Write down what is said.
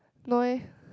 no eh